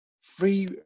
free